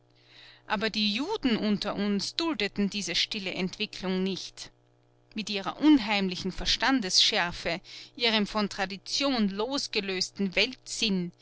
aber die juden unter uns duldeten diese stille entwicklung nicht mit ihrer unheimlichen verstandesschärfe ihrem von tradition losgelösten